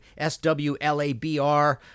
SWLABR